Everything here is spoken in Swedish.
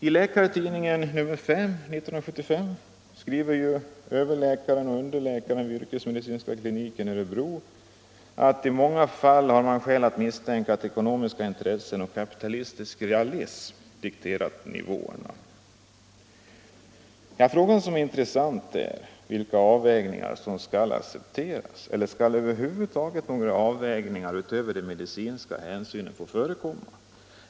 I Läkartidningen nr 5 år 1975 skriver överläkaren och underläkaren vid yrkesmedicinska kliniken i Örebro att ”i många fall har man skäl att misstänka att ekonomiska intressen och kapitalistisk ”realism” dikterat nivåerna”. En fråga som är intressant är: Vilka avvägningar skall accepteras? Eller skall över huvud taget några avvägningar utöver medicinska hänsyn få förekomma?